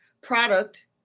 product